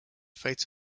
fate